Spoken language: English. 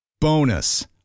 Bonus